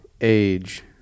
age